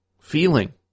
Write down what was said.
feeling